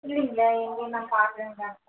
இல்லைங்களே எங்கேயும் நான் பாக்குலங்க டாக்டர்